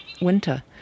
winter